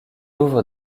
ouvre